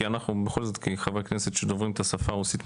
כי אנחנו בכל זאת חברי כנסת שדוברים את השפה הרוסית,